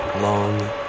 Long